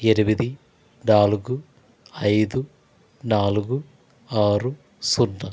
ఎనిమిది నాలుగు ఐదు నాలుగు ఆరు సున్నా